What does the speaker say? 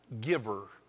giver